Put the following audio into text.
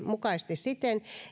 mukaisesti siten